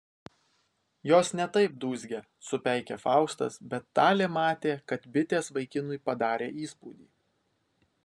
jos ne taip dūzgia supeikė faustas bet talė matė kad bitės vaikinui padarė įspūdį